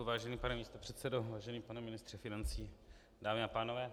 Vážený pane místopředsedo, vážený pane ministře financí, dámy a pánové.